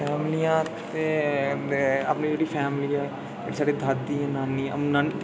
मिगी इं'या अपनी जेह्ड़ी फैमिली ऐ एह् साढ़ी दादी नानी